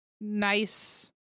nice